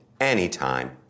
anytime